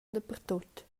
dapertut